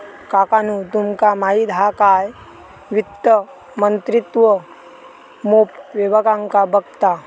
काकानु तुमका माहित हा काय वित्त मंत्रित्व मोप विभागांका बघता